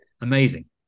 amazing